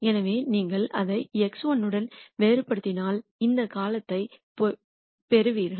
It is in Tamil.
எனவே நீங்கள் அதை x 1 உடன் வேறுபடுத்தினால் இந்த காலத்தைப் பெறுவீர்கள்